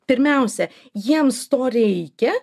pirmiausia jiems to reikia